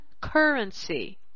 currency